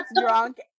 drunk